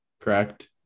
correct